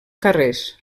carrers